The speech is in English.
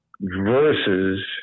versus